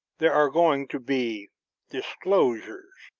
there are going to be disclosures.